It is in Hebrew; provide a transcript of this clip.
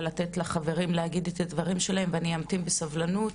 לתת לחברים להגיד את הדברים שלהם ואני אמתין בסבלנות